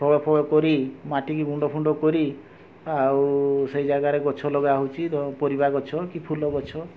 ହଳ ଫଳ କରି ମାଟିକି ଗୁଣ୍ଡ ଫୁଣ୍ଡ କରି ଆଉ ସେଇ ଜାଗାରେ ଗଛ ଲଗା ହଉଛି ପରିବା ଗଛ କି ଫୁଲ ଗଛ